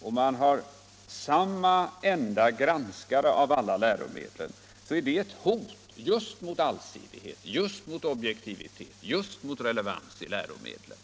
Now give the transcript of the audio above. och om man har samma enda granskare av alla läromedel, så är det ett hot just mot allsidighet, objektivitet och relevans i läromedlen.